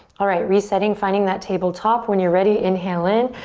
alright, resetting, finding that tabletop. when you're ready, inhale in.